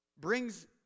brings